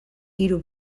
hiru